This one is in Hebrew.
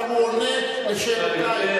עכשיו הוא עונה על שאלותייך.